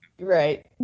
Right